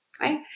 right